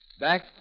back